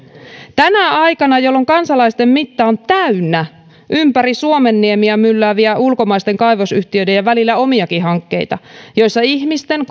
tänä aikana jolloin kansalaisten mitta on täynnä ympäri suomenniemeä myllääviä ulkomaisten kaivosyhtiöiden ja välillä omiakin hankkeita joissa ihmisten